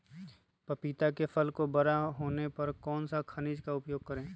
पपीता के फल को बड़ा नहीं होने पर कौन सा खनिज का उपयोग करें?